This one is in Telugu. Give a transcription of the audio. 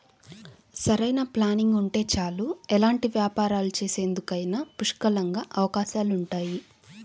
సరైన ప్లానింగ్ ఉంటే చాలు ఎలాంటి వ్యాపారాలు చేసేందుకైనా పుష్కలంగా అవకాశాలుంటాయి